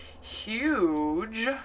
huge